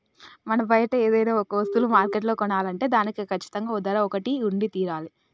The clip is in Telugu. మనం బయట ఏదైనా ఒక వస్తువులు మార్కెట్లో కొనాలంటే దానికి కచ్చితంగా ఓ ధర ఒకటి ఉండి తీరాలి